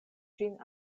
ĝin